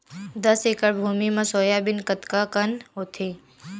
दस एकड़ भुमि म सोयाबीन कतका कन होथे?